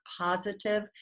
positive